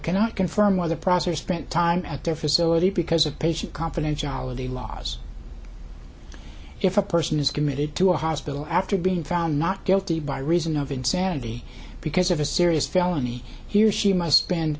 cannot confirm whether prosser spent time at their facility because of patient confidentiality laws if a person is committed to a hospital after being found not guilty by reason of insanity because of a serious felony he or she must spend